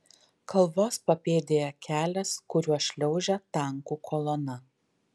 kalvos papėdėje kelias kuriuo šliaužia tankų kolona